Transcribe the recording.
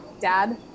dad